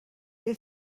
que